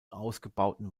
ausgebauten